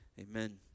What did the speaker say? Amen